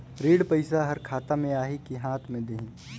ऋण पइसा हर खाता मे आही की हाथ मे देही?